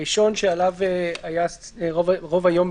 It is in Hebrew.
הראשון שעליו היה הדיון במשך רוב היום הוא